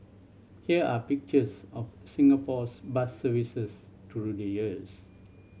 here are pictures of Singapore's bus services through the years